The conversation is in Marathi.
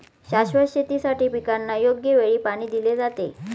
शाश्वत शेतीसाठी पिकांना योग्य वेळी पाणी दिले जाते